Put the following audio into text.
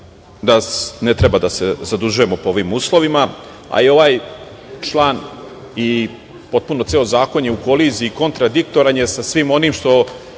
da ne treba da se zadužujemo po ovim uslovima. Ovaj član i potpuno ceo zakon je u koliziji, kontradiktoran je sa svim onim što